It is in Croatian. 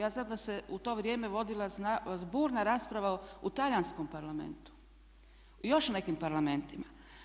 Ja znam da se u to vrijeme vodila burna rasprava u Talijanskom parlamentu i još nekim parlamentima.